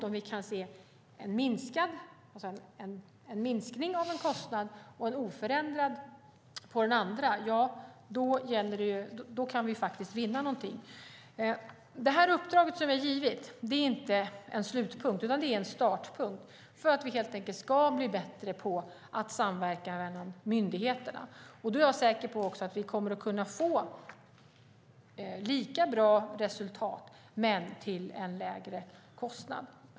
Om vi däremot ser en minskning av en kostnad på en myndighet och en oförändrad kostnad på en annan myndighet kan vi faktiskt vinna någonting. Uppdraget är inte en slutpunkt, utan det är en startpunkt så att vi ska bli bättre på att samverka mellan myndigheterna. Jag är säker på att vi kommer att få lika bra resultat men till en lägre kostnad.